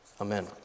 Amen